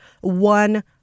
one